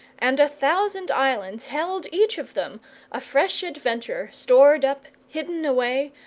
and a thousand islands held each of them a fresh adventure, stored up, hidden away,